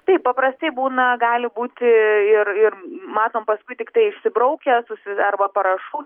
taip paprastai būna gali būti ir ir matom paskui tiktai išsibraukia susi arba parašų